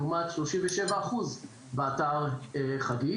לעומת שלושים ושבע אחוז באתר חגית.